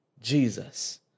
Jesus